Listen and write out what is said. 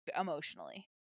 emotionally